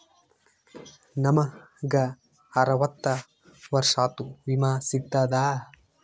ನಮ್ ಗ ಅರವತ್ತ ವರ್ಷಾತು ವಿಮಾ ಸಿಗ್ತದಾ?